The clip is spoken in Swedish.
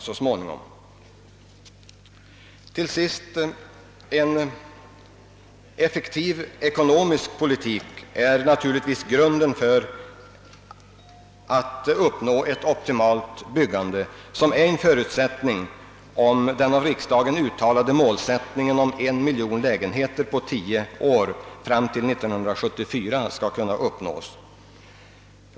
En effektiv ekonomisk politik är naturligtvis grunden för att uppnå ett optimalt byggande, som är en förutsättning om den av riksdagen uttalade målsättningen på en miljon lägenheter under tio år fram till 1974 skall kunna uppnås.